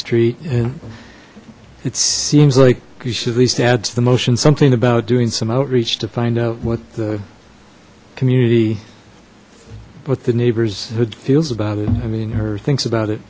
street and it seems like you should at least add to the motion something about doing some outreach to find out what the community what the neighbors feels about it i mean or thinks about it